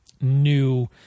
new